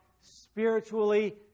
spiritually